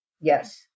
Yes